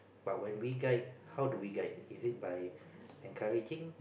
but when we guide how do we guide is it by encouraging